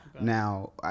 Now